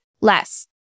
less